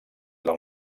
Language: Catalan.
del